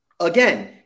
Again